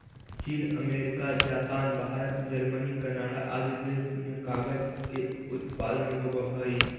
चीन, America, Japan, Bharat, Germany, Canada आदि देश में कागज के उत्पादन होवऽ हई